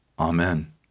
Amen